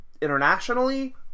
internationally